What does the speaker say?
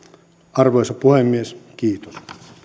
arvoisa puhemies kiitos